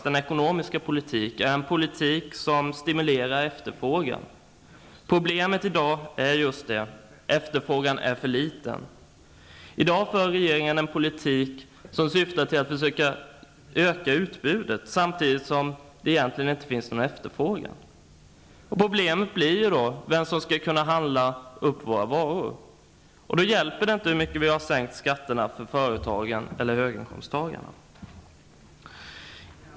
Den ekonomiska politik som nu måste föras skall stimulera efterfrågan. Det är just det som är problemet. Efterfrågan är för liten. I dag för regeringen en politik som syftar till att öka utbudet, samtidigt som det egentligen inte finns någon efterfrågan. Men frågan om vem som skall köpa våra varor löser man inte genom sänkta skatter för företagen eller för höginkomsttagarna.